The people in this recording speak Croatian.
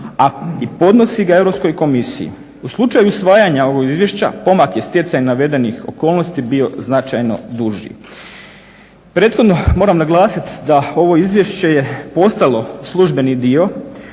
i podnosi ga Europskoj komisiji. U slučaju usvajanja ovog izvješća pomak je stjecajem navedenih okolnosti bio značajno duži. Prethodno moram naglasiti da ovo izvješće je postalo službeni dio